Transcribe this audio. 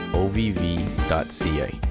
ovv.ca